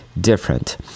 different